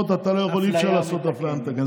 בספורט אי-אפשר לעשות אפליה מתקנת.